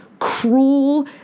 cruel